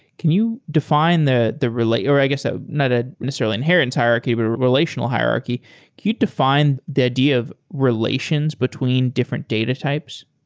can you define the the or i guess ah not ah necessarily inheritance hierarchy, but relational hierarchy. can you define the idea of relations between different data types?